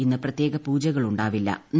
ഇന്ന് പ്രത്യേക പൂജകൾ ഉണ്ടാവില്പ്